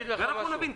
ואז אנחנו נבין.